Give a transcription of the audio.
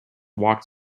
walked